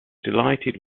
delighted